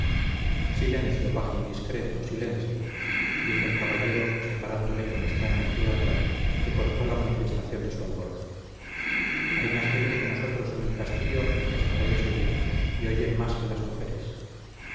silencio paje indiscreto silencio dijo el caballero separándole con extraña frialdad que cortó la manifestación de su alborozo hay más gente que nosotros en el castillo y las paredes oyen y oyen más que las mujeres